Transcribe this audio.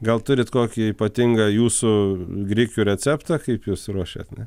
gal turit kokį ypatingą jūsų grikių receptą kaip jūs ruošiat ne